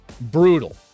brutal